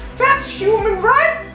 that's human, right?